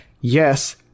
Yes